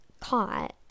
caught